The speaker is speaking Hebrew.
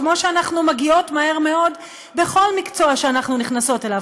כמו שאנחנו מגיעות מהר מאוד בכל מקצוע שאנחנו נכנסות אליו.